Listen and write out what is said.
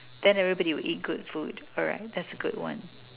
then everybody will eat good food alright that's a good one